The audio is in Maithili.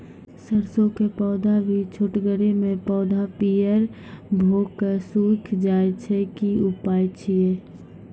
सरसों के पौधा भी छोटगरे मे पौधा पीयर भो कऽ सूख जाय छै, की उपाय छियै?